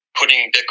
putting